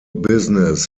business